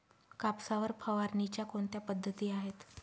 कापसावर फवारणीच्या कोणत्या पद्धती आहेत?